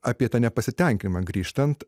apie tą nepasitenkinimą grįžtant